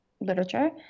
literature